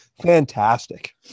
fantastic